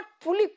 fully